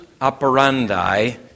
operandi